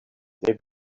they